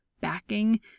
backing